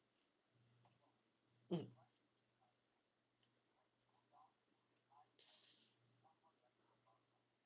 mm